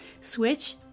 Switch